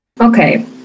Okay